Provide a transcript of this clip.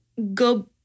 Go